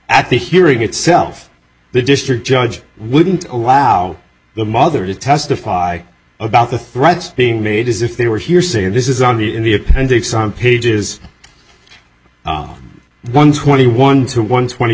at the hearing itself the district judge wouldn't allow the mother to testify about the threats being made as if they were hearsay and this is on the in the appendix on pages one twenty one two one twenty